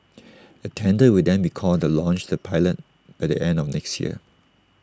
A tender will then be called to launch the pilot by the end of next year